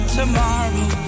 tomorrow